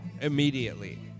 immediately